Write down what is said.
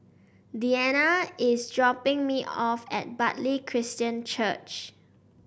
Deanna is dropping me off at Bartley Christian Church